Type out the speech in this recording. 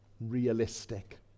realistic